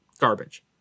garbage